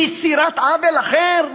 ביצירת עוול אחר?